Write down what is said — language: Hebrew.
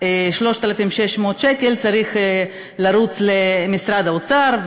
של 3,600 שקל צריך לרוץ למשרד האוצר,